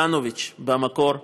לנוביץ במקור,